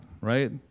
right